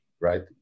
right